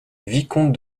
vicomte